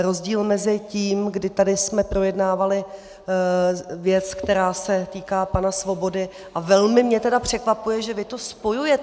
Rozdíl mezi tím, kdy tady jsme projednávali věc, která se týká pana Svobody, a velmi mě tedy překvapuje, že vy to spojujete.